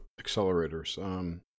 accelerators